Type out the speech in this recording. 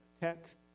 text